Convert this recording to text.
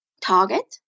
target